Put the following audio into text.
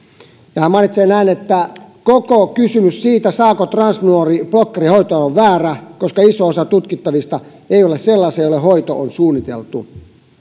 ja hän mainitsee näin koko kysymys siitä saako transnuori blokkerihoitoa on väärä koska iso osa tutkittavista ei ole sellaisia joille hoito on suunniteltu